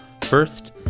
First